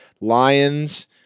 Lions